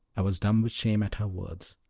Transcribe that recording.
i was dumb with shame at her words.